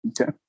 Okay